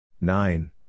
nine